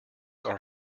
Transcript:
are